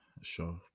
Sure